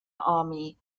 army